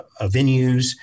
venues